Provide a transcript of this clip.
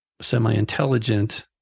semi-intelligent